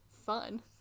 Fun